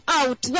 out